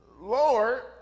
Lord